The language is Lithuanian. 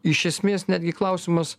iš esmės netgi klausimas